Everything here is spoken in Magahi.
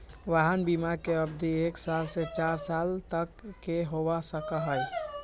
वाहन बिमा के अवधि एक साल से चार साल तक के हो सका हई